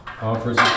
offers